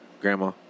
Grandma